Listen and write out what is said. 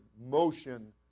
motion